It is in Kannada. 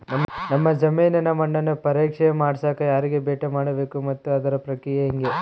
ನಮ್ಮ ಜಮೇನಿನ ಮಣ್ಣನ್ನು ಪರೇಕ್ಷೆ ಮಾಡ್ಸಕ ಯಾರಿಗೆ ಭೇಟಿ ಮಾಡಬೇಕು ಮತ್ತು ಅದರ ಪ್ರಕ್ರಿಯೆ ಹೆಂಗೆ?